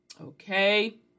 Okay